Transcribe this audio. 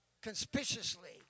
conspicuously